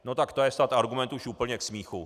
No tak to je snad argument už úplně k smíchu.